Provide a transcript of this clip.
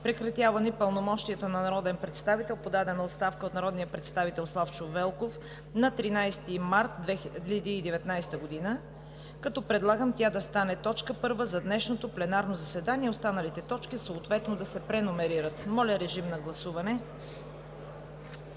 Прекратяване пълномощията на народен представител. Подадена е оставка от народния представител Славчо Велков на 13 март 2019 г. Предлагам тя да стане точка първа за днешното пленарно заседание, а останалите точки съответно да се преномерират. Гласували